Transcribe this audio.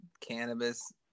cannabis